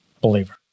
believer